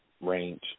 range